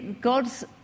God's